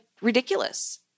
ridiculous